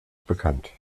bekannt